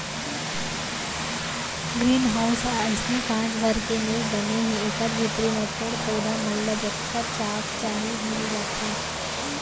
green house ह अइसने कांच भर के नइ बने हे एकर भीतरी म पेड़ पउधा मन ल जतका ताप चाही मिल जाथे